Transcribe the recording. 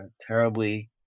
terribly